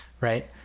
right